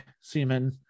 semen